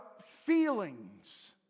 feelings